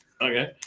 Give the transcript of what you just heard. Okay